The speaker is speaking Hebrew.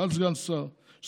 אחד סגן יושב-ראש,